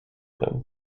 them